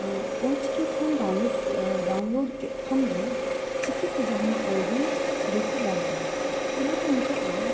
Ol Chiki font download ᱠᱮᱫ ᱠᱷᱟᱱᱜᱮ ᱪᱤᱠᱤᱛᱮ ᱡᱟᱦᱟᱱᱟᱜ ᱚᱞᱜᱮᱢ ᱵᱮᱵᱷᱟᱨ ᱫᱟᱲᱮᱭᱟᱜᱼᱟ ᱚᱱᱟᱛᱮ ᱱᱤᱛᱳᱜ ᱫᱚ